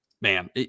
man